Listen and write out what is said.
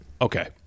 Okay